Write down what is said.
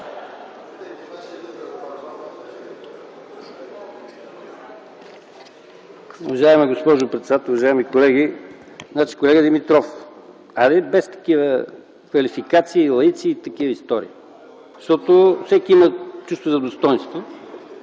Уважаема госпожо председател, уважаеми колеги! Колега Димитров, хайде, без такива квалификации - лаици и такива истории. Всеки има чувство за достойнство